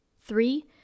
three